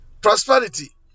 prosperity